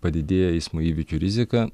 padidėja eismo įvykių rizika